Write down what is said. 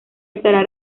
estará